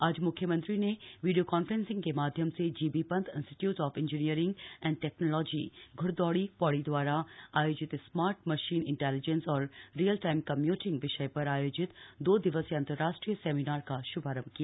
आज म्ख्यमंत्री ने वीडियो कांफ्रेंस के माध्यम से G B Pant institute of engineering and technology घ्ड़दौड़ी पौड़ी द्वारा आयोजित स्मार्ट मशीन इंटेलिजेंस और रियल टाइम कम्यूटिंग विषय पर आयोजित दो दिवसीय अन्तरराष्ट्रीय सेमिनार का श्भारम्भ किया